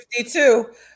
52